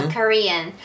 ,Korean